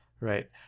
Right